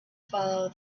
follow